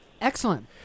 Excellent